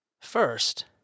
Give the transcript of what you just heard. First